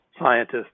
scientists